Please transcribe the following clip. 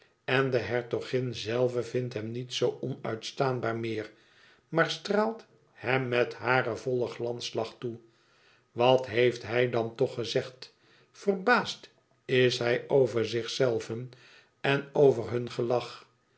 en de hertogin zelve vindt hem niet zoo onuitstaanbaar meer maar straalt hem met haren vollen glanslach toe wat heeft hij dan toch gezegd verbaasd is hij over zichzelven en over hun gelach